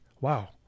wow